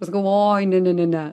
nes galvoj oi ne ne ne ne